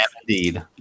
indeed